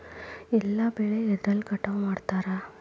ಎಲ್ಲ ಬೆಳೆ ಎದ್ರಲೆ ಕಟಾವು ಮಾಡ್ತಾರ್?